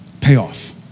Payoff